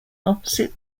opposite